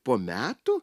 po metų